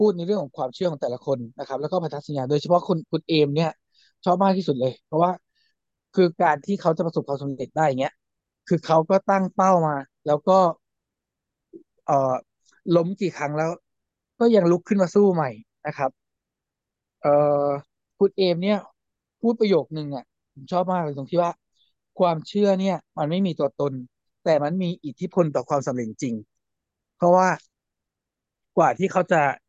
พูดในเรื่องของความเชื่อของแต่ละคนนะครับ แล้วก็พันธสัญญา โดยเฉพาะคุณ- คุณเอมเนี่ยชอบมากที่สุดเลย เพราะว่าคือการที่เขาจะประสบความสำเร็จได้อย่างเงี้ย คือเขาก็ตั้งเป้ามา แล้วก็ เอ่อ ล้มกี่ครั้งแล้วก็ยังลุกขึ้นมาสู้ใหม่นะครับ เอ่อ คุณเอมเนี่ยพูดประโยคนึงอะ ผมชอบมากเลย ตรงที่ว่าความเชื่อเนี่ยมันไม่มีตัวตน แต่มันมีอิทธิพลต่อความสำเร็จจริง เพราะว่ากว่าที่เขาจะ